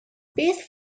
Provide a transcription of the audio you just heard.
beth